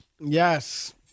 Yes